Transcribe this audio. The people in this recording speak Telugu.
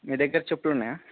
మీ దగ్గర చెప్పులున్నయా